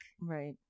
Right